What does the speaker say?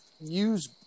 use